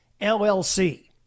LLC